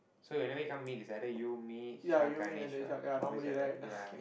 so whenever we come meet is either you me Shak Ganesh what always like that ya